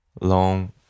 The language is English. long